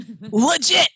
legit